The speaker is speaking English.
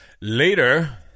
later